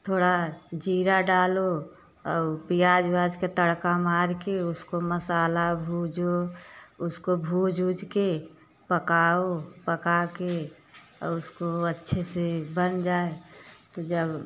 थोड़ा जीरा डालो और प्याज ओवाज का तड़का मार के उसको मसाला भूनों उसकाे भून ऊज के पकाओ पका के उसको अच्छे से बन जाए तो जब